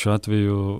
šiuo atveju